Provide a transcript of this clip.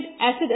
acid